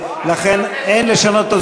לכן אין לשנות,